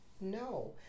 No